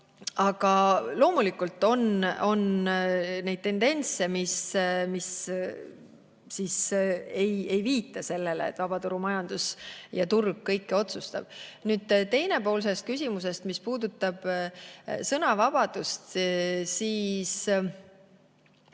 Aga loomulikult on ka tendentse, mis ei viita sellele, et vabaturumajandus ja turg kõike otsustab. Nüüd teine pool sellest küsimusest, mis puudutas sõnavabadust. Meil